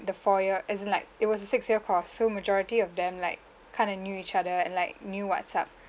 the foyer as in like it was a six so majority of them like kind of knew each other and like knew what's up